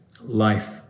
life